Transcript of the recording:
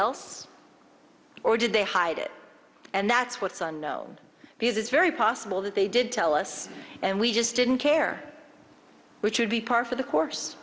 else or did they hide it and that's what's on no because it's very possible that they did tell us and we just didn't care which would be par for the course